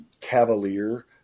cavalier